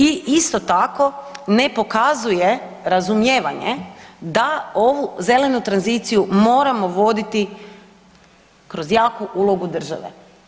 I isto tako ne pokazuje razumijevanje da ovu zelenu tranziciju moramo voditi kroz jaku ulogu države.